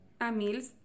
Amils